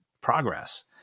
progress